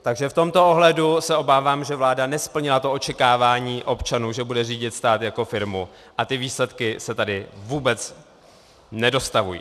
Takže v tomto ohledu se obávám, že vláda nesplnila to očekávání občanů, že bude řídit stát jako firmu, a ty výsledky se tady vůbec nedostavují.